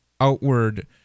outward